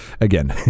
again